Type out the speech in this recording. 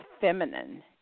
feminine